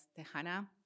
Tejana